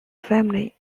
family